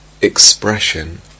expression